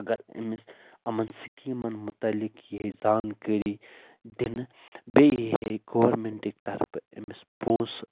اگر أمِس أمن سکیٖمن مُتعلِق یِہٕے زانکٲرۍ دِنہٕ بیٚیہِ یی ہے گورمِنٹٕکۍ طرفہٕ أمس پونسہٕ